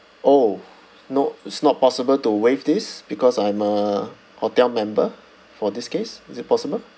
orh no it's not possible to waive this because I'm a hotel member for this case is it possible